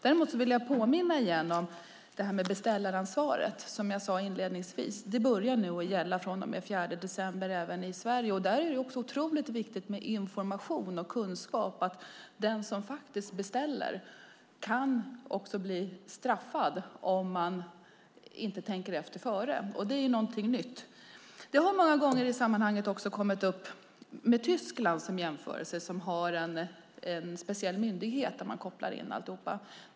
Jag vill påminna igen om beställaransvaret. Som jag sade inledningsvis börjar det gälla från och med den 4 december även i Sverige. Det är otroligt viktigt med information och kunskap om att den som beställer också kan bli straffad om han eller hon inte tänker efter före. Det är någonting nytt. I sammanhanget har det många gånger gjorts jämförelser med Tyskland som har en speciell myndighet inkopplad på alltihop.